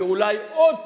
אולי עוד פעם.